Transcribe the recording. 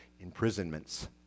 imprisonments